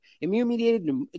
Immune-mediated